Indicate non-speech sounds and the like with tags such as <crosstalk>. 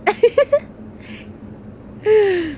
<laughs>